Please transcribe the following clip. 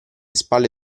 spalle